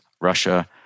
Russia